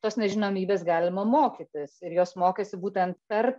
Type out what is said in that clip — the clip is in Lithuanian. tos nežinomybės galima mokytis ir jos mokaisi būtent per